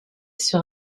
sur